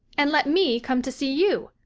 and let me come to see you.